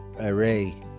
array